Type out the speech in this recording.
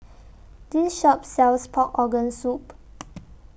This Shop sells Pork Organ Soup